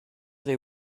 they